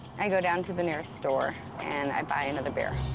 i go down to the nearest store and i buy another beer.